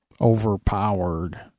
overpowered